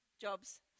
jobs